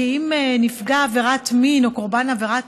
כי אם נפגע עבירת מין או קורבן עבירת